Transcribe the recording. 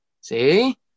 see